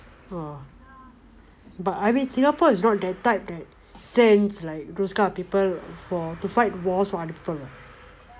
oh but I mean singapore is not the type that sends like those kind of people for to fight wars for other people